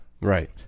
Right